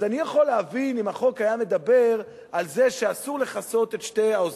אז אני יכול להבין אם החוק היה מדבר על זה שאסור לכסות את שתי האוזניים,